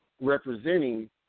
representing